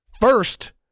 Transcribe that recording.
First